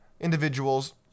individuals